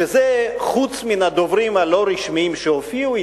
וזה חוץ מהדוברים הלא-רשמיים שהופיעו,